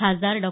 खासदार डॉ